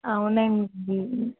అవునండి